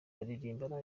bararirimba